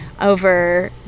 over